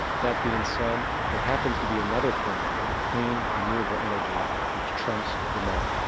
that being said, there happens to be another form of clean renewable energy, which trumps them all.